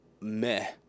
meh